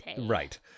right